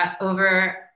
over